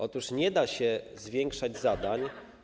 Otóż nie da się zwiększać zadań.